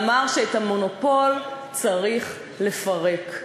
ואמר שאת המונופול צריך לפרק.